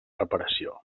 reparació